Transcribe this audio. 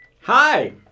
Hi